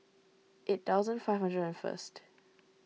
eight thousand five hundred and first